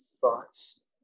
thoughts